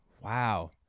Wow